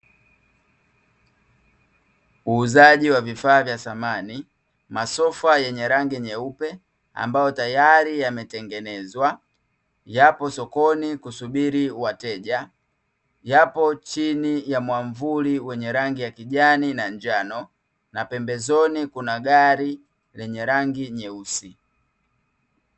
Uuzaji wa vifaa vya samani masofa yenye rangi nyeupe, ambayo tayari yametengenezwa yapo sokoni kusubiri wateja, yapo chini ya mwamvuli wenye rangi ya kijani na njano, na pembezoni kuna gari lenye rangi nyeusi.